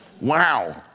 Wow